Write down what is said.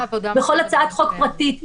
בכל הצעת חוק פרטית?